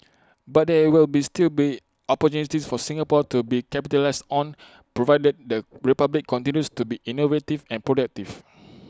but there will be still be opportunities for Singapore to be capitalise on provided the republic continues to be innovative and productive